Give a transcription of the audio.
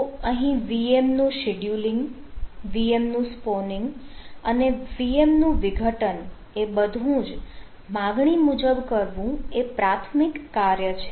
તો અહીં VM નું શિડયુલિંગ VM નું સ્પોનિંગ અને VM નું વિઘટન એ બધું જ માંગણી મુજબ કરવું એ પ્રાથમિક કાર્ય છે